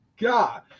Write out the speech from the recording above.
God